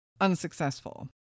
unsuccessful